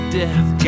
death